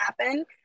happen